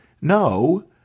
no